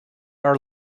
our